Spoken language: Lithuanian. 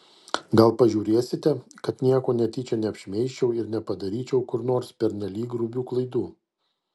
gal pažiūrėsite kad nieko netyčia neapšmeižčiau ir nepadaryčiau kur nors pernelyg grubių klaidų